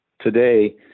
Today